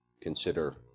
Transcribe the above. consider